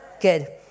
Good